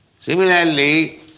Similarly